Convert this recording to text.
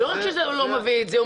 לא רק שהוא לא מביא את זה,